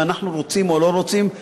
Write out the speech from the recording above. אם אנחנו רוצים או לא רוצים,